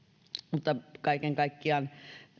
mutta kaiken kaikkiaan